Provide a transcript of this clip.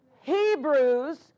Hebrews